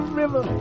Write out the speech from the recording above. river